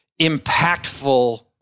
impactful